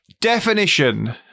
Definition